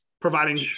providing